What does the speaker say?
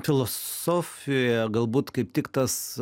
filosofija galbūt kaip tik tas